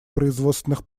производственных